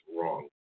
wrong